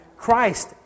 Christ